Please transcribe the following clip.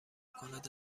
کند